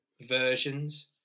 versions